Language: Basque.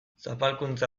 zapalkuntza